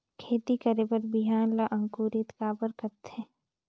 खेती करे बर बिहान ला अंकुरित काबर करथे?